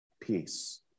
peace